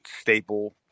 staple